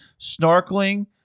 snorkeling